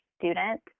student